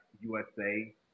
USA